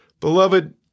Beloved